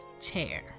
chair